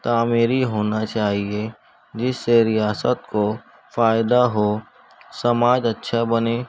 تعمیری ہونا چاہئے جس سے ریاست کو فائدہ ہو سماج اچھا بنے